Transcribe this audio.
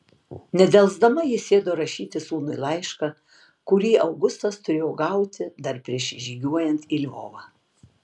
nedelsdama ji sėdo rašyti sūnui laišką kurį augustas turėjo gauti dar prieš įžygiuojant į lvovą